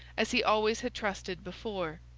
as he always had trusted before.